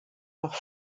noch